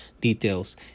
details